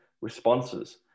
responses